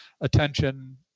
attention